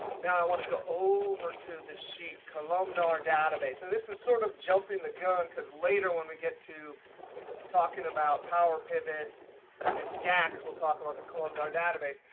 now i want to go over to this sheet columnar database. and this is sort of jumping the gun, because later when we get to talking about power pivot and dax, we'll talk about the columnar database.